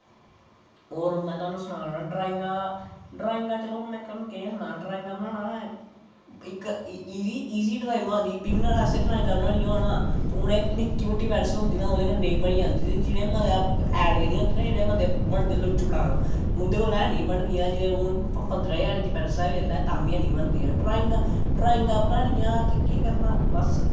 और में तुहानू सनां ना ड्राईगां ड्राईगां चलो में केह् सनां ड्राईगां बनाना इक इज़ी ड्राईगां होंदियां बिगनर अस्तै ड्राईगां बनानियां होन ना ते हून निक्की मुट्टी पैंसल होंदी ना बनी जंदे ते जिनें मता ऐड देनी होंदी ना जिनें बंदे बनदे लुच्च पड़ांब उंदे कोला हैनी बनदियां भांवें पंदरां हजार दी पैंसलां लेई लै तां बी हैनी बनदियां ड्राईगां बनानियां ते केह् करना बस